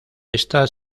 esta